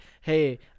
hey